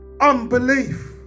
unbelief